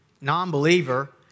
non-believer